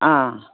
ꯑꯥ